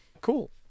cool